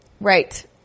Right